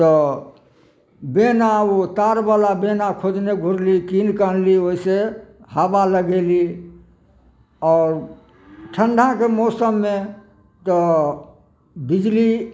तऽ बेना ओ ताड़बला बेना खोजने घुरली कीनिकऽ अनली ओहिसे हाबा लगेली आओर ठण्ढाके मौसममे तऽ बिजली